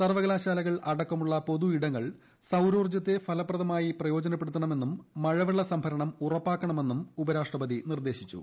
സർവ്വകലാശാലകൾ അടക്കമുള്ള പൊതുയിടങ്ങൾ സൌരോർജ്ജത്തെ ഫലപ്രദമായി പ്രയോജനപ്പെടുത്തണമെന്നും മഴവെള്ള സംഭരണം ഉറപ്പാക്കണമെന്നും അദ്ദേഹം നിർദ്ദേശിച്ചു